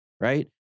right